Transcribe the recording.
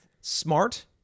Smart